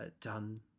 done